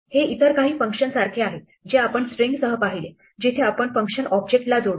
हे इतर काही फंक्शन सारखे आहे हे जे आपण स्ट्रिंग सह पाहिलेजिथे आपण फंक्शन ऑब्जेक्टला जोडतो